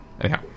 anyhow